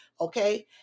okay